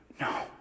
No